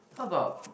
how about